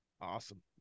Awesome